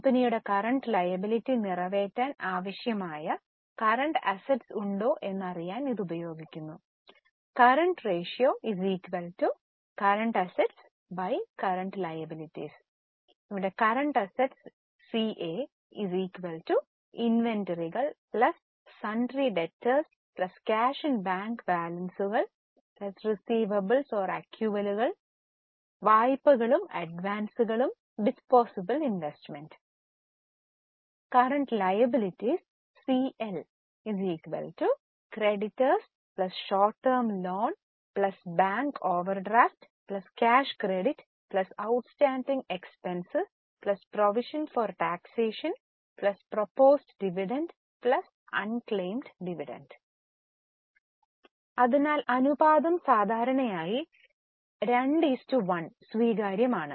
കമ്പനിയുടെ current liability നിറവേറ്റാൻ ആവശ്യമായ കറന്റ് അസ്സെറ്റ്സ് ഉണ്ടോ എന്ന് അറിയാൻ ഇത്ഉപയോഗിക്കുന്ന്നു current ratio current assets current liabilities ഇവിടെ കറന്റ്റ് അസറ്റ് ഇൻവെൻററികൾ സൺഡ്രി ഡെറ്റോർസ് ക്യാഷ് ബാങ്ക് ബാലൻസുകൾ റീസിവബിൾസ് ആക്യുവലുകൾ വായ്പകളും അഡ്വാൻസുകളും disposable investment current liabilities creditors short term loan bank overdraft cash credit outstanding expenses provision for taxation proposed dividend unclaimed dividend അതിനാൽ അനുപാതം സാധാരണയായി 2 1 സ്വീകാര്യമാണ്